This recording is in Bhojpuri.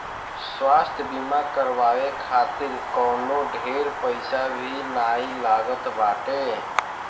स्वास्थ्य बीमा करवाए खातिर कवनो ढेर पईसा भी नाइ लागत बाटे